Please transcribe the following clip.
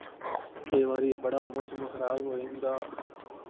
केईं बारी बड़ा मोसम खराब होई जंदा